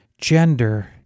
gender